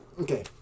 Okay